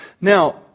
Now